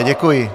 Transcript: Děkuji.